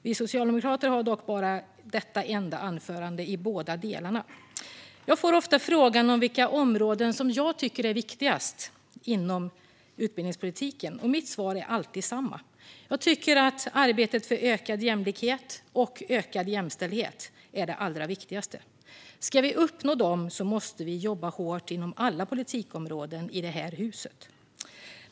Vi socialdemokrater har dock bara detta enda anförande i båda delarna. Jag får ofta frågan vilka områden jag tycker är viktigast inom utbildningspolitiken, och mitt svar är alltid detsamma: Jag tycker att arbetet för ökad jämlikhet och ökad jämställdhet är det allra viktigaste. Ska vi uppnå detta måste vi jobba inom alla politikområden.